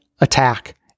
attack